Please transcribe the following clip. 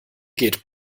geht